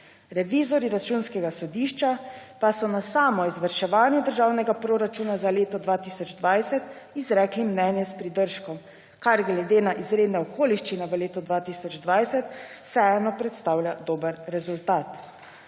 Revizorji Računskega sodišča pa so na samo izvrševanje državnega proračuna za leto 2020 izrekli mnenje s pridržkom, kar glede na izredne okoliščine v letu 2020 vseeno predstavlja dober rezultat,